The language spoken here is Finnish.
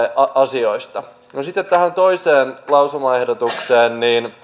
asioista sitten tähän toiseen lausumaehdotukseen